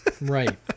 right